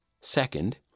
Second